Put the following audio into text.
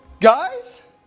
Guys